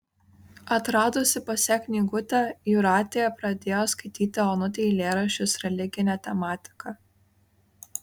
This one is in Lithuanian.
atradusi pas ją knygutę jūratė pradėjo skaityti onutei eilėraščius religine tematika